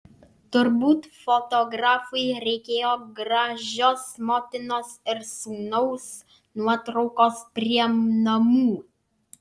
turbūt fotografui reikėjo gražios motinos ir sūnaus nuotraukos prie namų